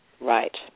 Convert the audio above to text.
Right